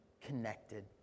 connected